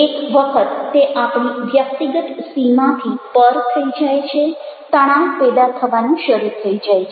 એક વખત તે આપણી વ્યક્તિગત સીમાથી પર થઈ જાય છે તણાવ પેદા થવાનું શરૂ થઈ જાય છે